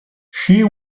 she